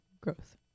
growth